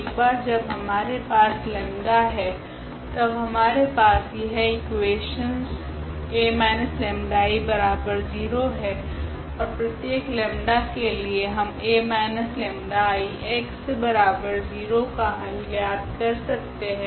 एक बार जब हमारे पास 𝜆 है तब हमारे पास यह इकुवेशनस 𝐴−𝜆𝐼0 है ओर प्रत्येक लेम्डा 𝜆 के लिए हम 𝐴−𝜆𝐼x0 का हल ज्ञात कर सकते है